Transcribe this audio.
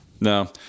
No